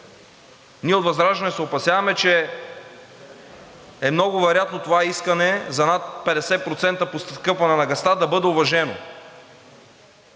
ние от ВЪЗРАЖДАНЕ се опасяваме, че е много вероятно това искане за над 50% поскъпване на газа да бъде уважено,